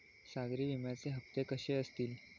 सागरी विम्याचे हप्ते कसे असतील?